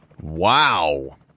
Wow